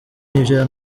nivyo